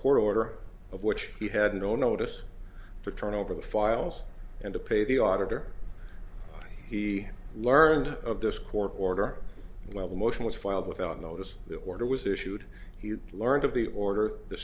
order of which he had no notice for turn over the files and to pay the auditor he learned of this court order while the motion was filed without notice the order was issued he learned of the order the